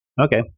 Okay